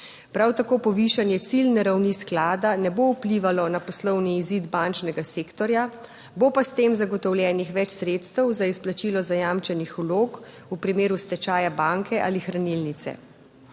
Prav tako povišanje ciljne ravni sklada ne bo vplivalo na poslovni izid bančnega sektorja, bo pa s tem zagotovljenih več sredstev za izplačilo zajamčenih vlog v primeru stečaja banke ali hranilnice.